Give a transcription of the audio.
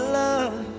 love